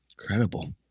Incredible